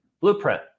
blueprint